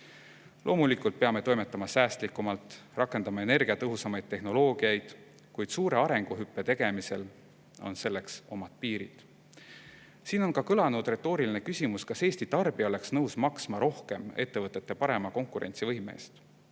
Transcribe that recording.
Loomulikult peame toimetama säästlikumalt, rakendama energiatõhusamat tehnoloogiat, kuid suure arenguhüppe tegemisel on selleks oma piirid. Siin on ka kõlanud retooriline küsimus, kas Eesti tarbija oleks nõus maksma rohkem ettevõtete parema konkurentsivõime eest.